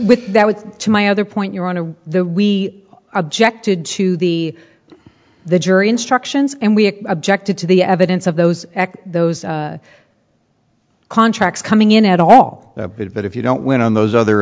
with that was to my other point you're on to the we objected to the the jury instructions and we objected to the evidence of those those contracts coming in at all but if you don't win on those other